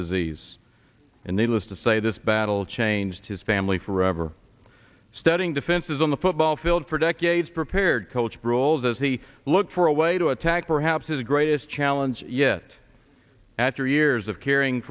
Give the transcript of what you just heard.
disease and needless to say this battle changed his family forever studying defenses on the football field for decades prepared coach proles as he look for a way to attack perhaps his greatest challenge yet after years of caring